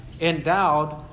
endowed